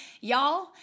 y'all